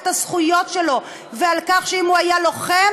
את הזכויות שלו ועל כך שאם הוא היה לוחם,